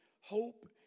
hope